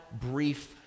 brief